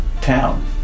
town